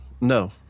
No